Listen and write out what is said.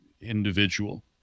individual